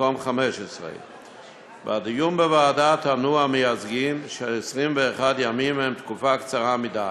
במקום 15. בדיון בוועדה טענו המייצגים ש-21 ימים הם תקופה קצרה מדי,